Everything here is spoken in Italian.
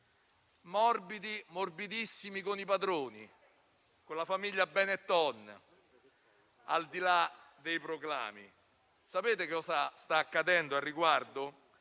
morbidi, morbidissimi con i padroni, con la famiglia Benetton, al di là dei proclami. Sapete cosa sta accadendo al riguardo?